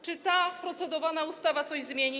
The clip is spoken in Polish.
Czy ta procedowana ustawa coś zmieni?